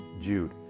Jude